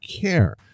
care